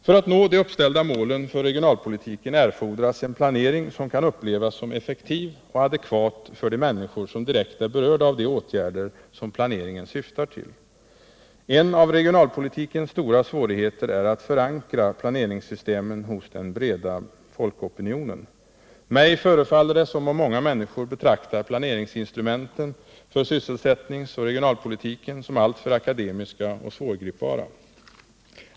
För att nå de uppställda målen för regionalpolitiken erfordras en planering som kan upplevas som effektiv och adekvat för de människor som direkt är berörda av de åtgärder som planeringen syftar till. En av regionalpolitikens stora svårigheter är att förankra planeringssystemen hos den breda folkopinionen. Mig förefaller det som om många människor betraktar planeringssystemen för sysselsättningsoch regionalpolitiken som alltför akademiska och svårgripbara.